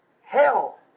hell